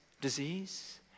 disease